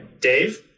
Dave